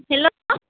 hello